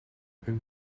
hun